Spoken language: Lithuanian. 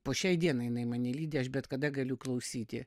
po šiai dienai jinai mane lydi aš bet kada galiu klausyti